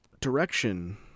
Direction